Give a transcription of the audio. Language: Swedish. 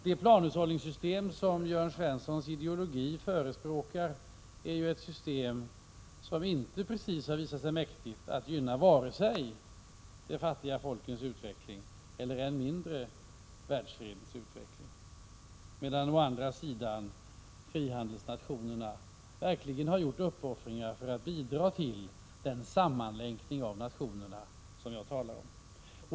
Det planhushållningssystem som Jörn Svenssons ideologi förespråkar är ju ett system som inte precis har visat sig mäktigt att gynna vare sig de fattiga folkens utveckling eller än mindre världsfreden, medan frihandelsnationerna verkligen har gjort uppoffringar för att bidra till den sammanlänkning av nationerna som jag talar om.